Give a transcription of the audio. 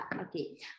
okay